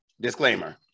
disclaimer